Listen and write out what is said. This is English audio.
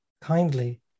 kindly